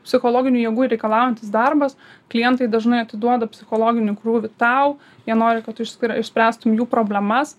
psichologinių jėgų reikalaujantis darbas klientai dažnai atiduoda psichologinį krūvį tau jie nori kad tu išsk išspręstum jų problemas